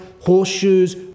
horseshoes